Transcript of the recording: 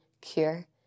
cure